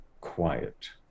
quiet